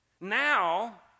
Now